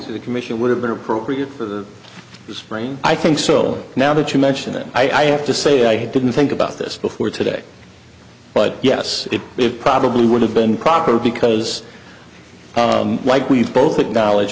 manning the commission would have been appropriate for this brain i think so now that you mention it i have to say i didn't think about this before today but yes it probably would have been proper because like we've both acknowledg